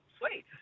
sweet